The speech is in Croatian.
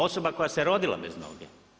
Osoba koja se rodila bez noge.